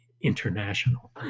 international